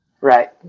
Right